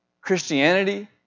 Christianity